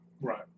Right